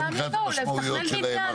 גם מבחינת המשמעויות שלהם,